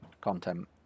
content